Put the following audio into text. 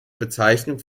bezeichnung